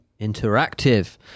Interactive